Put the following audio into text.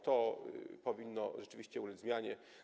To powinno rzeczywiście ulec zmianie.